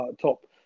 top